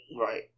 Right